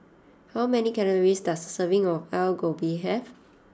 how many calories does a serving of Alu Gobi have